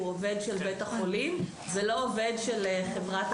עובד של בית החולים ולא עובד של חברת אבטחה.